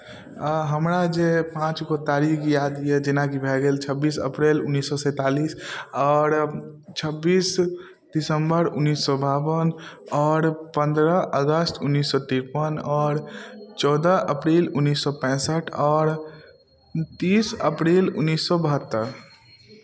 आ हमरा जे पाँच गो तारीक याद यऽ जेनाकी भए गेल छब्बीस अप्रैल उन्नीस सए सैंतालिस आओर छब्बीस दिसम्बर उन्नैस सए बाबन आओर पन्द्रह अगस्त उन्नैस सए तिरपन आओर चौदह अप्रैल उन्नैस सए पैंसठि आओर तीस अप्रैल उन्नैस सए बहत्तरि